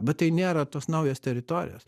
bet tai nėra tos naujos teritorijos